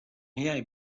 میای